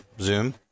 Zoom